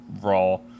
raw